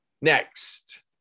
Next